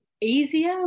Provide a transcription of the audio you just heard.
easier